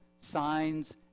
signs